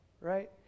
right